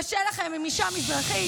קשה לכן עם אישה מזרחית,